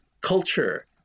culture